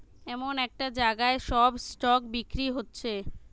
এমন একটা জাগায় সব স্টক বিক্রি হচ্ছে